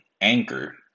Anchor